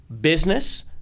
business